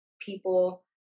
people